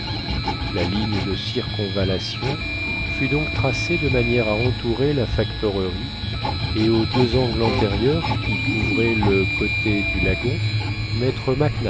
la ligne de circonvallation fut donc tracée de manière à entourer la factorerie et aux deux angles antérieurs qui couvraient le côté du lagon maître